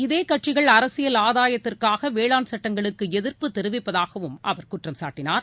இதே கட்சிகள் அரசியல் ஆதாயத்திற்காக வேளாண் சட்டங்களுக்கு எதிர்ப்பு தெரிவிப்பதாகவும் அவர் குற்றம் சாட்டினார்